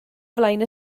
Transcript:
flaen